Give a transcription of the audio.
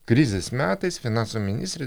krizės metais finansų ministrė